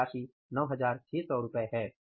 यह राशि 9600 रु है